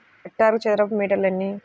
హెక్టారుకు చదరపు మీటర్లు ఎన్ని?